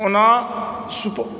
ओना सुपौल